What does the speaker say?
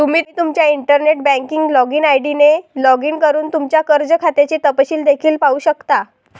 तुम्ही तुमच्या internet banking login ID ने लॉग इन करून तुमच्या कर्ज खात्याचे तपशील देखील पाहू शकता